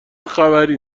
خبری